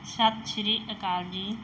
ਸਤਿ ਸ਼੍ਰੀ ਅਕਾਲ ਜੀ